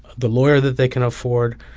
the lawyer that they can afford,